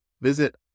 Visit